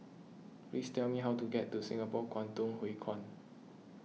please tell me how to get to Singapore Kwangtung Hui Kuan